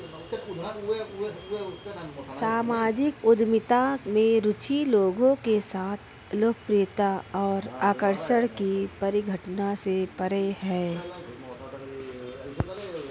सामाजिक उद्यमिता में रुचि लोगों के साथ लोकप्रियता और आकर्षण की परिघटना से परे है